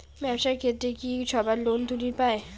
ব্যবসার ক্ষেত্রে কি সবায় লোন তুলির পায়?